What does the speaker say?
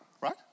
Right